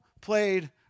played